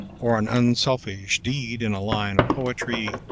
or an unselfish deed in a line of poetry,